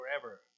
forever